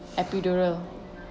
epidural